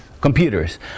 computers